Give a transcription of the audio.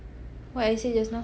what I say just now